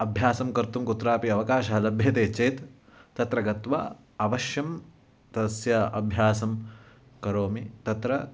अभ्यासं कर्तुं कुत्रापि अवकाशः लभ्यते चेत् तत्र गत्वा अवश्यं तस्य अभ्यासं करोमि तत्र